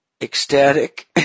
ecstatic